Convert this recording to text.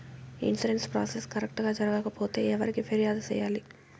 insurance process correct గా జరగకపోతే ఎవరికి ఫిర్యాదు సేయాలి